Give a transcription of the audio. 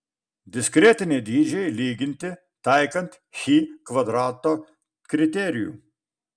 diskretiniai dydžiai lyginti taikant chi kvadrato kriterijų